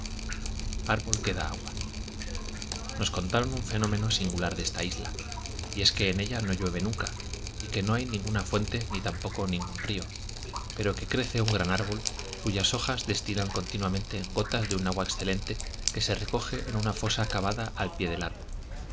árbol que da agua nos contaron un fenómeno singular de esta isla y es que en ella no llueve nunca y que no hay ninguna fuente ni tampoco ningún río pero que crece un gran árbol cuyas hojas destilan continuamente gotas de un agua excelente que se recoge en una fosa cavada al pie del árbol